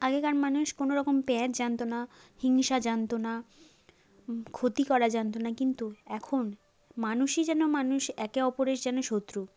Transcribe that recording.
আগেকার মানুষ কোনো রকম প্যাঁচ জানত না হিংসা জানত না ক্ষতি করা জানত না কিন্তু এখন মানুষই যেন মানুষ একে অপরের যেন শত্রু